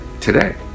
today